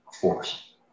force